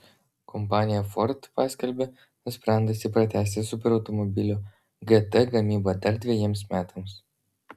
kompanija ford paskelbė nusprendusi pratęsti superautomobilio gt gamybą dar dvejiems metams